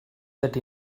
that